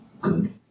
good